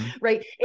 right